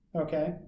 Okay